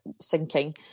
sinking